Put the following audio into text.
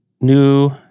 New